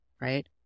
right